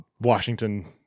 Washington